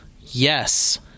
yes